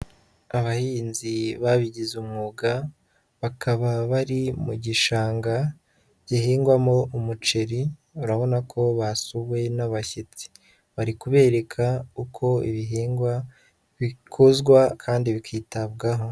Abahinzi babigize umwuga, bakaba bari mu gishanga gihingwamo umuceri, urabona ko basuwe n'abashyitsi, bari kubereka uko ibihingwa bikozwa kandi bikitabwaho.